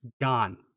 gone